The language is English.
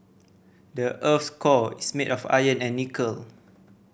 the earth's core is made of iron and nickel